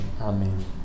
amen